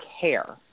care